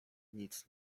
nic